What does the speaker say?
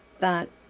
but,